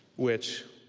which,